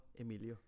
Emilio